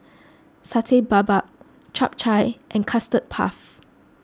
Satay Babat Chap Chai and Custard Puff